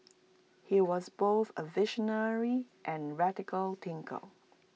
he was both A visionary and A radical thinker